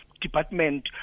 department